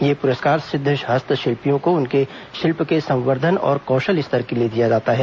ये पुरस्कार सिद्ध हस्तशिल्पियों को उनके शिल्प के संवर्धन और कौशल स्तर के लिए दिया जाता है